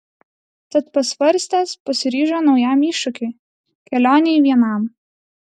tad pasvarstęs pasiryžo naujam iššūkiui kelionei vienam